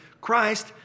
Christ